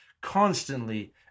constantly